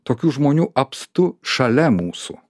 tokių žmonių apstu šalia mūsų